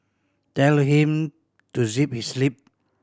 tell him to zip his lip